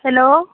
hello